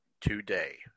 today